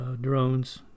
drones